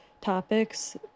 topics